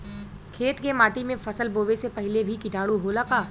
खेत के माटी मे फसल बोवे से पहिले भी किटाणु होला का?